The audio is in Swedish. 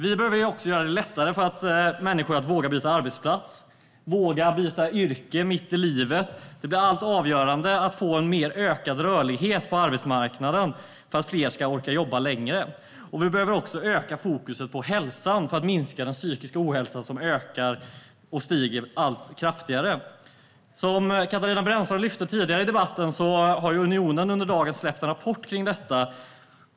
Vi behöver göra det lättare för människor att våga byta arbetsplats och våga byta yrke mitt i livet. Det blir alltmer avgörande att få en ökad rörlighet på arbetsmarknaden så att fler ska orka arbeta längre. Vi behöver också ökat fokus på hälsa för att minska den psykiska ohälsa som ökar kraftigt. Som Katarina Brännström nämnde har Unionen under dagen släppt en rapport om detta.